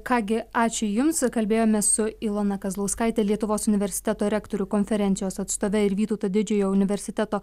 ką gi ačiū jums kalbėjome su ilona kazlauskaite lietuvos universiteto rektorių konferencijos atstove ir vytauto didžiojo universiteto